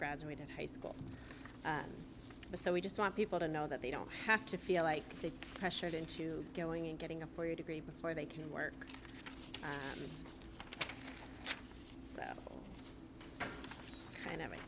graduated high school and so we just want people to know that they don't have to feel like they pressured into going and getting a four year degree before they can work it's kind of